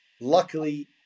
Luckily